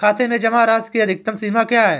खाते में जमा राशि की अधिकतम सीमा क्या है?